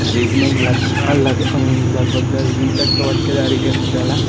खरीदने के लगभग दस दिन तक तो अच्छे तरीके से चला